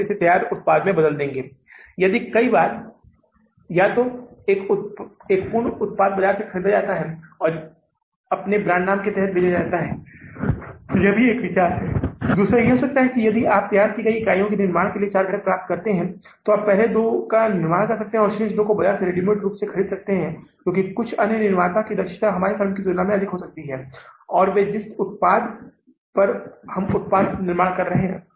अब हमें जुलाई के महीने में अंतिम रूप से यह पता लगाना है कि समापन नकदी शेष क्या है समापन नकदी शेष कितना है आइए हम वापस जाते हैं यह एक राशि 25000 को आगे ले जाया जाएगा इसलिए यह यहां 25000 हो जाएगा साथ ही इस 216000 में से हमारे पास कितना अधिशेष 216000 थाकितना हमने बैंक को मूल धन और ब्याज देने में उपयोग किया 215530 215530 हमने उपयोग किया है